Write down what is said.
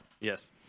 Yes